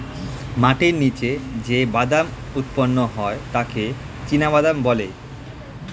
মাটির নিচে যে বাদাম উৎপন্ন হয় তাকে চিনাবাদাম বলা হয়